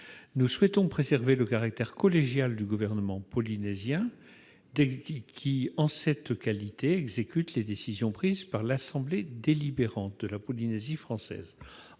Nous souhaitons préserver le caractère collégial du gouvernement polynésien, qui, en cette qualité, exécute les décisions prises par l'assemblée délibérante de la Polynésie française.